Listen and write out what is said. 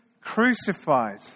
crucified